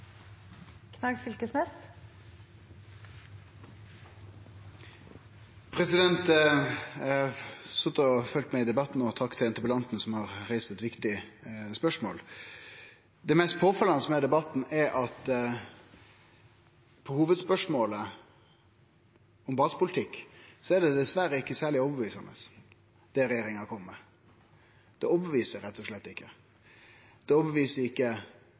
Eg har sete og følgt med på debatten og vil rette ein takk til interpellanten, som har reist eit viktig spørsmål. Det mest påfallande med debatten er at når det gjeld hovudspørsmålet, om basepolitikk, er det som regjeringa kjem med, dessverre ikkje særleg overtydande. Det er rett og slett ikkje overtydande. Det overtyder ikkje opposisjonen på Stortinget, ikkje